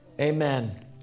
Amen